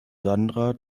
sandra